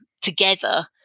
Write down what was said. together